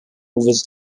was